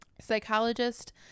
Psychologist